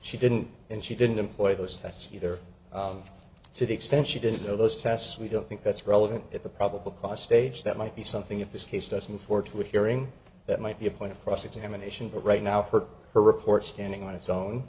she didn't and she didn't employ those tests either to extend she didn't know those tests we don't think that's relevant at the probable cause stage that might be something of this case doesn't forge with hearing that might be a point of cross examination but right now hurt her report standing on its own